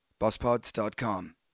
BossPods.com